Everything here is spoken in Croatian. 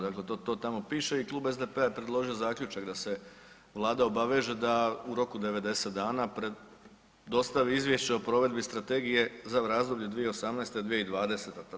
Dakle to tamo piše i Klub SDP-a je predložio zaključak da se Vlada obaveže da u roku 90 dana dostavi Izvješće o provedbi Strategije za razdoblje 2018. – 2020.